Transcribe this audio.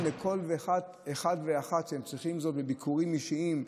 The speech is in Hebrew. לכל אחד ואחת שצריכים זאת בביקורים אישיים.